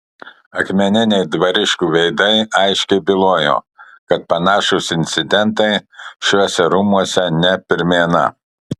akmeniniai dvariškių veidai aiškiai bylojo kad panašūs incidentai šiuose rūmuose ne pirmiena